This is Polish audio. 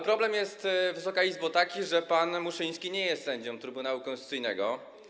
Problem jest, Wysoka Izbo, taki, że pan Muszyński nie jest sędzią Trybunału Konstytucyjnego.